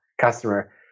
customer